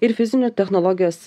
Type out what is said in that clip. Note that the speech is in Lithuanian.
ir fizinių technologijos